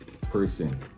person